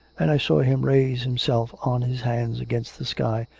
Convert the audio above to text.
and i saw him raise himself on his hands against the sky,